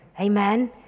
Amen